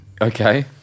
Okay